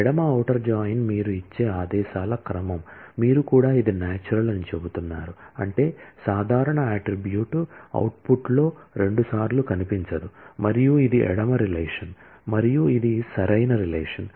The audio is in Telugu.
ఎడమ ఔటర్ జాయిన్ మీరు ఇచ్చే ఆదేశాల క్రమం మీరు కూడా ఇది నాచురల్ అని చెబుతున్నారు అంటే సాధారణ అట్ట్రిబ్యూట్ అవుట్పుట్లో రెండుసార్లు కనిపించదు మరియు ఇది ఎడమ రిలేషన్ మరియు ఇది సరైన రిలేషన్